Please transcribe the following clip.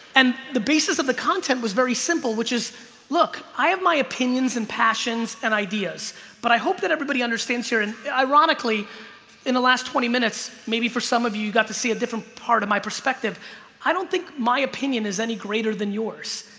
and the basis of the content was very simple which is look i have my opinions and passions and ideas but i hope that everybody understands here and ironically in the last twenty minutes maybe for some of you you got to see a different part of my perspective i don't think my opinion is any greater than yours.